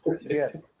yes